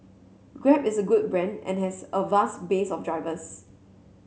Grab is a good brand and has a vast base of drivers